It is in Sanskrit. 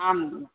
आम्